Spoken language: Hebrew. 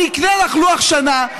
אני אקנה לך לוח שנה,